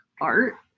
art